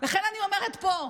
לכן אני אומרת פה,